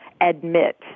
admit